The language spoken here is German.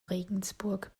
regensburg